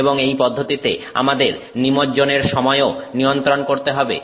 এবং এই পদ্ধতিতে আমাদের নিমজ্জনের সময়ও নিয়ন্ত্রণ করতে হবে